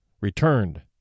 returned